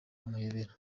amayobera